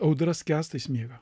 audra skęsta jis miega